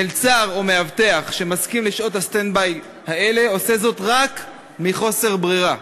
מלצר או מאבטח שמסכים לשעות הסטנד-ביי האלה עושה זאת רק מחוסר ברירה,